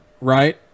right